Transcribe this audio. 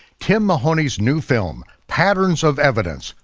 tim mahoney's new film, patterns of evidence,